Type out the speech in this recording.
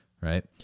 right